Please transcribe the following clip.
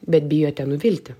bet bijote nuvilti